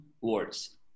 words